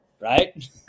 right